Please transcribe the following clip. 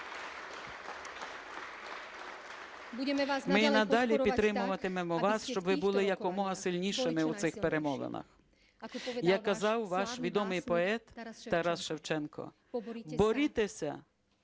Ми і надалі підтримуватимемо вас, щоб ви були якомога сильнішими у цих перемовинах. Як казав ваш відомий поет Тарас Шевченко: "Борітеся